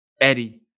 Eddie